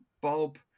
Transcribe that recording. Bob